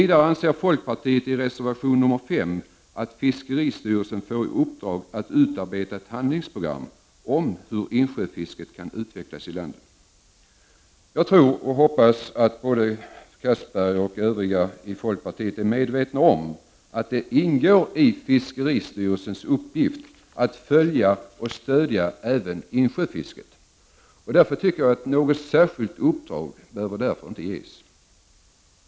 Vidare anser folkpartiet i reservation nr 5 att fiskeristyrelsen bör få i uppdrag att utarbeta ett handlingsprogram om hur insjöfisket kan utvecklas i landet. Jag tror och hoppas att Anders Castberger och övriga i folkpartiet är medvetna om att det ingår i fiskeristyrelsens uppgift att följa och stödja även utveckling av insjöfisket. Därför tycker jag att något särskilt uppdrag inte behöver ges.